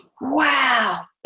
wow